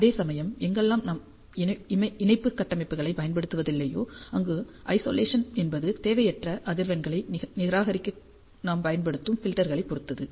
அதேசமயம் எங்கெல்லாம் நாம் இணைப்பு கட்டமைப்புகளைப் பயன்படுத்துவதில்லையோ அங்கு ஐசொலேசன் என்பது தேவையற்ற அதிர்வெண்களை நிராகரிக்க நாம் பயன்படுத்தும் ஃபில்டர்களைப் பொறுத்தது